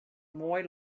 moai